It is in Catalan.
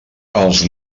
els